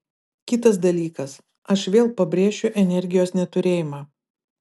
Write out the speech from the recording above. kitas dalykas aš vėl pabrėšiu energijos neturėjimą